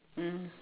mm